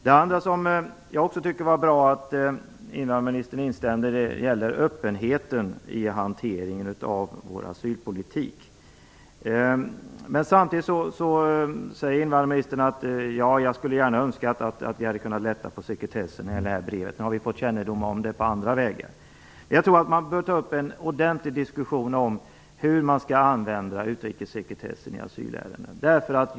Jag tycker också att det var bra att invandrarministern instämde i öppenheten i hanteringen av vår asylpolitik. Men samtidigt säger invandrarministern att han gärna skulle ha önskat att man hade kunnat lätta på sekretessen när det gäller det här brevet. Nu har vi fått kännedom om det på andra vägar. Jag tror att vi bör ta upp en ordentlig diskussion om hur vi skall använda utrikessekretessen i asylärenden.